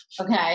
Okay